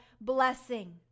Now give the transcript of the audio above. blessing